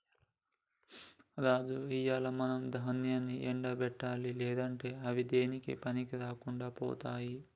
రాజు ఇయ్యాల మనం దాన్యాన్ని ఎండ పెట్టాలి లేకుంటే అవి దేనికీ పనికిరాకుండా పోతాయి